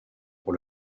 pour